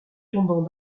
tombant